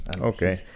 Okay